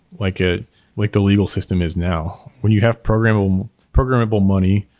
like ah like the legal system is now? when you have programmable um programmable money,